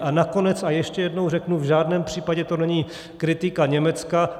A nakonec a ještě jednou řeknu, v žádném případě to není kritika Německa.